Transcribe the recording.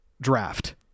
draft